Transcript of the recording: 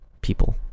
people